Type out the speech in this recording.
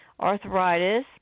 arthritis